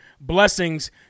Blessings